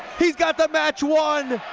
he's got the match won!